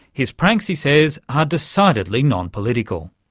his pranks, he says, are decidedly non-political.